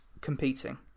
competing